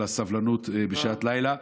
על הסבלנות בשעת לילה,